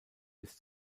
bis